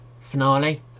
finale